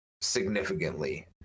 significantly